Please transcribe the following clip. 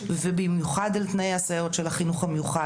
ובמיוחד על תנאי הסייעות של החינוך המיוחד.